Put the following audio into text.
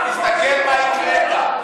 תסתכל מה הקראת.